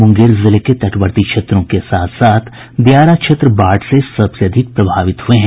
मूंगेर जिले के तटवर्ती क्षेत्रों के साथ साथ दियारा क्षेत्र बाढ़ से सबसे अधिक प्रभावित हुये हैं